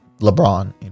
LeBron